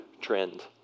trend